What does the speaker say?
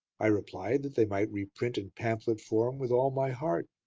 i replied that they might reprint in pamphlet form with all my heart,